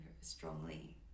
strongly